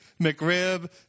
McRib